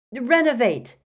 Renovate